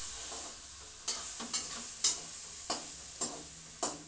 मुद्रास्फीतिक गणना थोक मूल्य सूचकांक आ उपभोक्ता मूल्य सूचकांक के आधार पर होइ छै